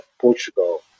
Portugal